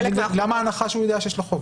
למה ההנחה שהוא יודע שיש לו חוב.